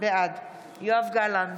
בעד יואב גלנט,